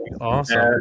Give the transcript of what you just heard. awesome